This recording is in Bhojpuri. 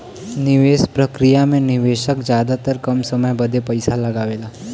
निवेस प्रक्रिया मे निवेशक जादातर कम समय बदे पइसा लगावेला